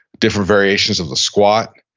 different variations of the squat,